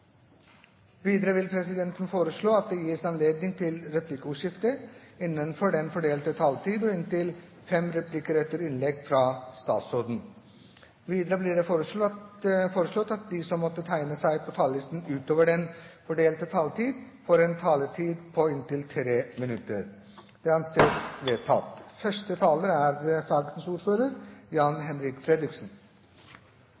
videre foreslå at det gis anledning til replikkordskifte innenfor den fordelte taletid på inntil fem replikker med svar etter innlegget fra statsråden. Videre blir det foreslått at de som måtte tegne seg på talerlisten utover den fordelte taletid, får en taletid på inntil 3 minutter. – Det anses vedtatt. Jeg vil først gi ros til representantene som har fremmet forslaget. Det er